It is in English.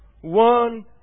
one